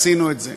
עשינו את זה.